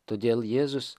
todėl jėzus